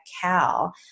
Cal